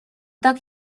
так